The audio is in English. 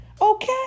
Okay